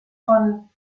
von